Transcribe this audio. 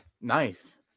knife